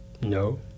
No